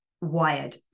wired